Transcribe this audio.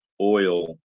oil